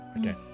Okay